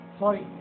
sorry